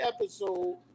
episode